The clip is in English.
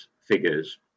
figures